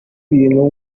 bintu